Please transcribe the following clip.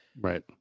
Right